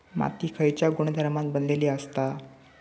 माती खयच्या गुणधर्मान बनलेली असता?